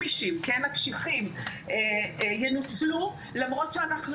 שהתקציבים הקשיחים בסל ינוצלו למרות שאנחנו